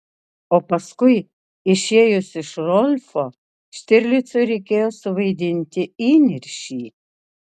o paskui išėjus iš rolfo štirlicui reikėjo suvaidinti įniršį